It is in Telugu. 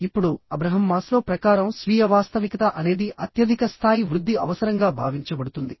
ఇప్పుడు అబ్రహం మాస్లో ప్రకారం స్వీయ వాస్తవికత అనేది అత్యధిక స్థాయి వృద్ధి అవసరంగా భావించబడుతుంది